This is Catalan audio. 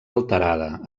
alterada